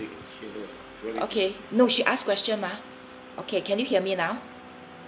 okay no she ask question mah okay can you hear me now